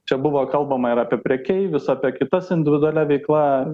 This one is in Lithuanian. čia buvo kalbama ir apie prekeivius apie kitas individualia veikla